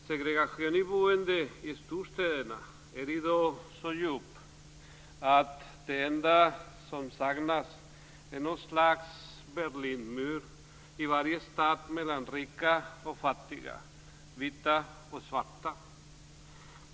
Segregationen i boende i storstäderna är i dag så djup att det enda som saknas är något slags Berlinmur i varje stad mellan rika och fattiga, vita och svarta.